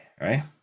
right